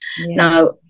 Now